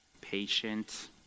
Patient